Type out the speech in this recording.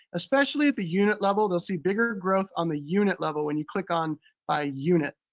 especially at the unit level, they'll see bigger growth on the unit level when you click on by unit.